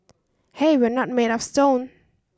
hey we're not made of stone